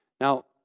Now